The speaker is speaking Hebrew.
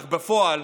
אך בפועל